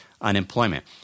unemployment